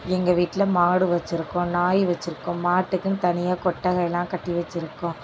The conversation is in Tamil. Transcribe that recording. எங்கள் வீட்டில் மாடு வச்சியிருக்கோம் நாய் வச்சியிருக்கோம் மாட்டுக்குன்னு தனியாக கொட்டகைலான் கட்டி வச்சியிருக்கோம்